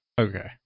Okay